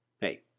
hey